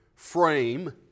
Frame